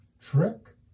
trick